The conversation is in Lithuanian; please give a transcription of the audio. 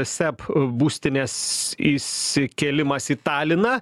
seb būstinės įsikėlimas į taliną